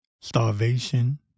Starvation